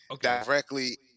directly